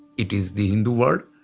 it is the hindu word.